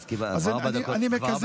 אז אני מקזז.